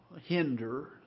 hinder